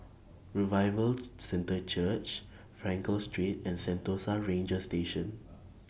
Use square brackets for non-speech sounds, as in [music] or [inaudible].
Revival [noise] Centre Church Frankel Street and Sentosa Ranger Station [noise]